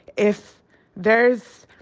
if there's